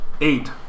Eight